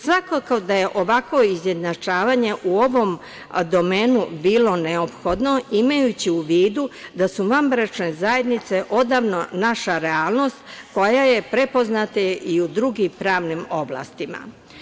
Svakako da je ovako izjednačavanje u ovom domenu bilo neophodno imajući u vidu da su vanbračne zajednice odavno naša realnost koja je prepoznata i u drugim pravnim oblastima.